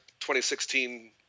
2016